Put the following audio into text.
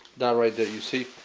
that right there, you see?